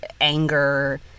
anger